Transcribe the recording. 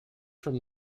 from